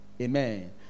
Amen